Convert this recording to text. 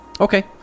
Okay